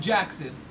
Jackson